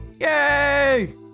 Yay